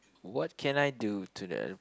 what can I do to the